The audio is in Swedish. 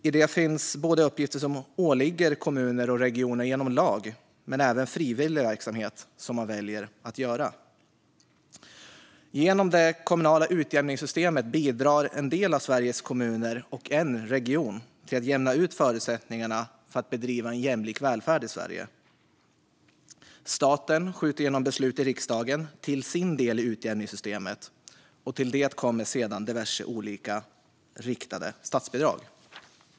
I detta finns uppgifter som åligger både kommuner och regioner genom lag men även frivillig verksamhet som man väljer att göra. Genom det kommunala utjämningssystemet bidrar en del av Sveriges kommuner och en region till att jämna ut förutsättningarna för jämlik välfärd i Sverige. Staten skjuter genom beslut i riksdagen till sin del i utjämningssystemet, och till det kommer sedan diverse olika riktade statsbidrag.